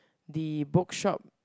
the bookshop